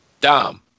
Dom